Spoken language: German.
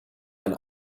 ein